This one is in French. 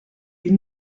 ils